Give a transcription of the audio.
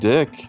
Dick